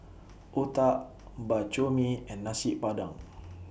Otah Bak Chor Mee and Nasi Padang